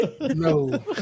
No